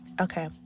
okay